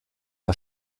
der